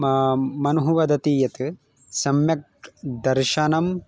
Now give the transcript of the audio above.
म मनुः वदति यत् सम्यक् दर्शनं